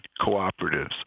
Cooperatives